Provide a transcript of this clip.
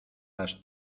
las